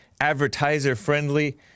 advertiser-friendly